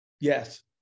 Yes